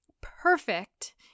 perfect